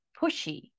pushy